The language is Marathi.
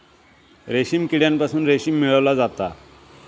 रेशीम किड्यांपासून रेशीम मिळवला जाता